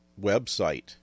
website